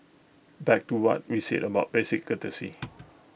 back to what we said about basic courtesy